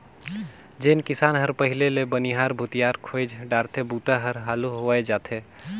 जेन किसान हर पहिले ले बनिहार भूथियार खोएज डारथे बूता हर हालू होवय जाथे